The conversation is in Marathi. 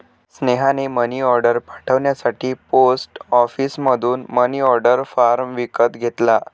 स्नेहाने मनीऑर्डर पाठवण्यासाठी पोस्ट ऑफिसमधून मनीऑर्डर फॉर्म विकत घेतला